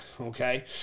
Okay